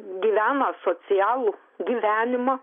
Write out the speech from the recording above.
gyvena asocialų gyvenimą